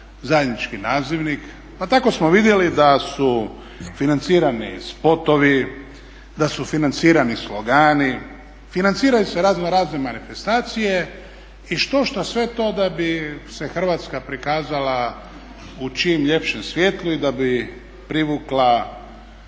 zajednički nazivnik, pa tako smo vidjeli da su financirani spotovi, da su financirani slogani, financiraju se razno razne manifestacije i štošta sve to da bi se Hrvatska prikazala u čim ljepšem svjetlu i da bi privukla